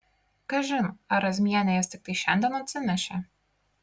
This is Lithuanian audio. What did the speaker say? kažin ar razmienė jas tiktai šiandien atsinešė